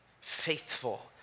faithful